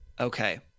okay